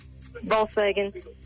Volkswagen